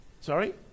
Sorry